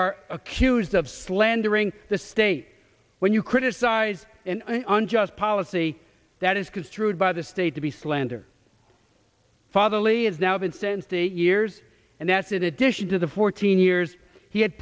are accused of slandering the state when you criticize an unjust policy that is construed by the state to be slander fatherly is now been sent the years and that's in addition to the fourteen years he had